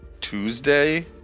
Tuesday